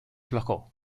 placò